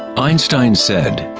einstein said,